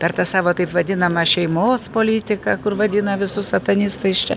per tą savo taip vadinamą šeimos politiką kur vadina visus satanistais čia